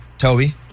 Toby